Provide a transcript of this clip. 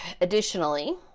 Additionally